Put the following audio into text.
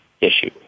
issue